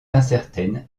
incertaine